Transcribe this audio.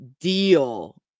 deal